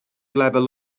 lefel